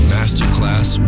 Masterclass